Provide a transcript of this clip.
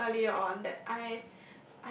said earlier on that I